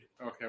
Okay